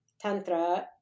tantra